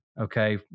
Okay